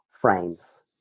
frames